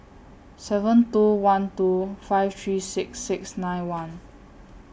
seven two one two five three six six nine one